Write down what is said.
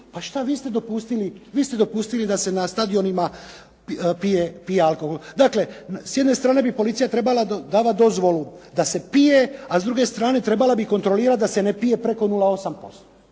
A što, vi ste dopustili da se na stadionima pije alkohol. Dakle, s jedne strane bi policija trebala davati dozvolu da se pije, a s druge strane, trebala bi kontrolirati da se ne pije preko 0,8%.